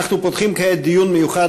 כמקובל,